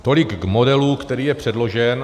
Tolik k modelu, který je předložen.